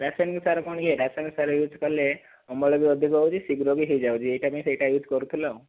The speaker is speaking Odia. ରାସାୟନିକ ସାର କ'ଣ କି ରାସାୟନିକ ସାର ୟୁଜ୍ କଲେ ଅମଳ ବି ଅଧିକ ହେଉଛି ଶୀଘ୍ର ବି ହୋଇଯାଉଛି ଏଇଟା ପାଇଁ ସେଇଟା ୟୁଜ୍ କରୁଥିଲୁ ଆଉ